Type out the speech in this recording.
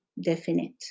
definite